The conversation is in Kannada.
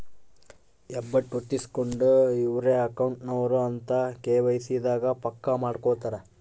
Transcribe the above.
ಹೆಬ್ಬೆಟ್ಟು ಹೊತ್ತಿಸ್ಕೆಂಡು ಇವ್ರೆ ಅಕೌಂಟ್ ನವರು ಅಂತ ಕೆ.ವೈ.ಸಿ ದಾಗ ಪಕ್ಕ ಮಾಡ್ಕೊತರ